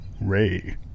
Ray